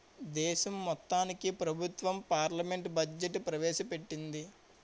దేశం మొత్తానికి ప్రభుత్వం పార్లమెంట్లో బడ్జెట్ ప్రవేశ పెట్టింది